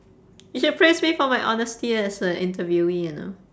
you should praise me for my honesty as a interviewee you know